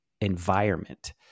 environment